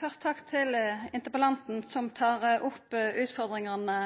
Først takk til interpellanten som tar opp utfordringane